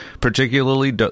particularly